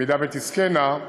אם תזכינה,